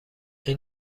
این